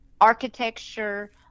architecture